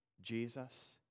Jesus